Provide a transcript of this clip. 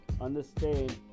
understand